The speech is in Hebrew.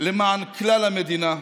למען כלל המדינה,